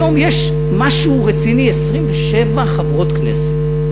היום יש משהו רציני, 27 חברות כנסת.